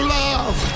love